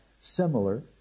similar